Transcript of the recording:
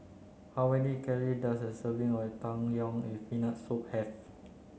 how many calorie does a serving of Tang Yuen with Peanut Soup have